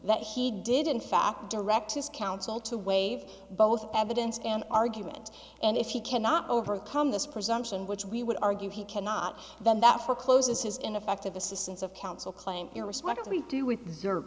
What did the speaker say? that he did in fact direct his counsel to waive both evidence and argument and if you cannot overcome this presumption which we would argue he cannot then that forecloses his ineffective assistance of counsel claim your respect to do with